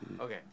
okay